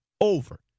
over